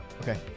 Okay